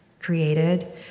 created